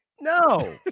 No